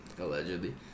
Allegedly